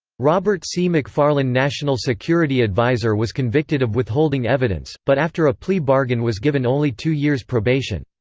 robert c. mcfarlane national security adviser was convicted of withholding evidence, but after a plea bargain was given only two years' probation.